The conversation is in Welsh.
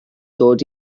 dod